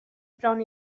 bron